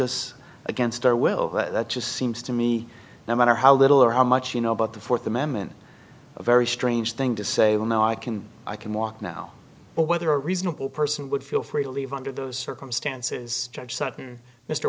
us against our will that just seems to me no matter how little or how much you know about the fourth amendment a very strange thing to say well no i can i can walk now but whether a reasonable person would feel free to leave under those circumstances judge sutton mr